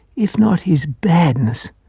if not his badness,